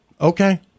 okay